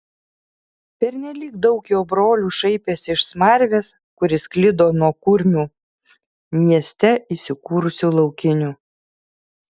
pernelyg daug jo brolių šaipėsi iš smarvės kuri sklido nuo kurmių mieste įsikūrusių laukinių